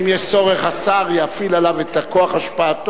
אם יש צורך, השר יפעיל עליו את כוח השפעתו.